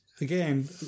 again